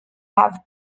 have